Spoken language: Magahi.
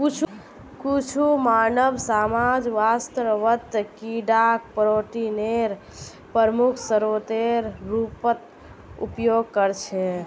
कुछु मानव समाज वास्तवत कीडाक प्रोटीनेर प्रमुख स्रोतेर रूपत उपयोग करछे